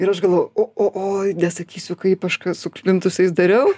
ir aš galvoju o o oi nesakysiu kaip aš ką su plintusais dariau